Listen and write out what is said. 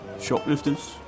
Shoplifters